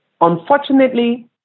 Unfortunately